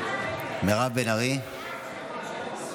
בעד רם בן ברק,